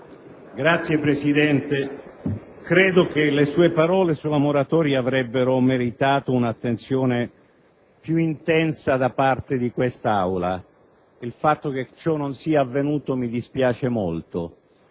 Signor Presidente, credo che le sue parole sulla moratoria avrebbero meritato un'attenzione più intensa da parte di quest'Aula. Il fatto che ciò non sia avvenuto mi dispiace molto.